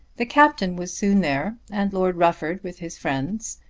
the captain was soon there, and lord rufford with his friends,